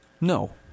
No